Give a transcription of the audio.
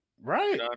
right